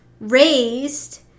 raised